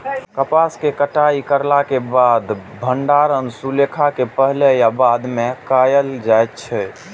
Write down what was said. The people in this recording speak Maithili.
कपास के कटाई करला के बाद भंडारण सुखेला के पहले या बाद में कायल जाय छै?